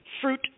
fruit –